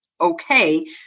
okay